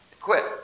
quit